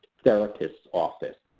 therapist's office,